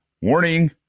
warning